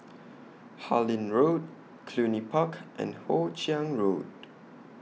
Harlyn Road Cluny Park and Hoe Chiang Road